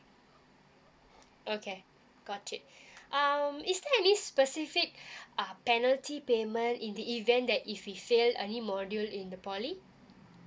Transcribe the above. okay got it um is there any specific uh penalty payment in the event that if we fail any module in the poly